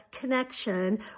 connection